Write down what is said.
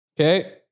Okay